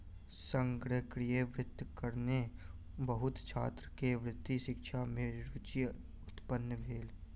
संगणकीय वित्तक कारणेँ बहुत छात्र के वित्तीय शिक्षा में रूचि उत्पन्न भेल